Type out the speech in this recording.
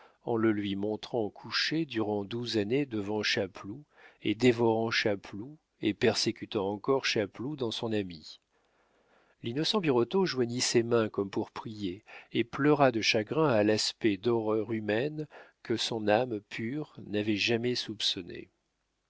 en le lui montrant couché durant douze années devant chapeloud et dévorant chapeloud et persécutant encore chapeloud dans son ami l'innocent birotteau joignit ses mains comme pour prier et pleura de chagrin à l'aspect d'horreurs humaines que son âme pure n'avait jamais soupçonnées